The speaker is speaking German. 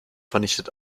vernichtet